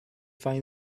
find